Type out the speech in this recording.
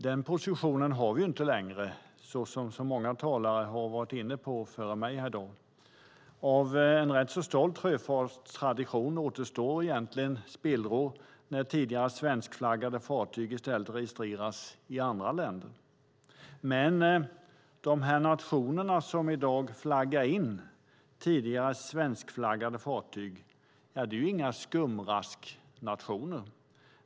Denna position har vi inte längre, som många talare före mig har varit inne på här i dag. Av en rätt så stolt sjöfartstradition återstår egentligen bara spillror när tidigare svenskflaggade fartyg i stället registreras i andra länder. Men de nationer som i dag flaggar in tidigare svenskflaggade fartyg är inga skumrasknationer.